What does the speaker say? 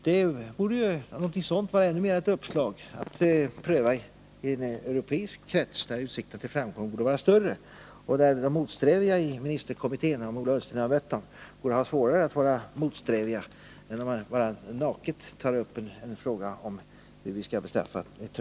Det borde vara ett uppslag att pröva något sådant även i en europeisk krets, där utsikterna till framgång borde vara större och där de motsträviga i ministerkommittén— jag vet inte om Ola Ullsten har mött dem — borde ha svårare för att vara motsträviga, än om man bara naket tar upp en fråga om hur man skall bestraffa Turkiet.